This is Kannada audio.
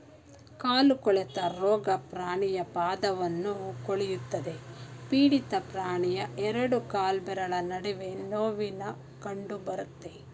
ಕಾಲು ಕೊಳೆತ ರೋಗ ಪ್ರಾಣಿಯ ಪಾದವನ್ನು ಕೊಳೆಯುತ್ತದೆ ಪೀಡಿತ ಪ್ರಾಣಿಯ ಎರಡು ಕಾಲ್ಬೆರಳ ನಡುವೆ ನೋವಿನ ಕಂಡಬರುತ್ತೆ